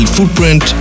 Footprint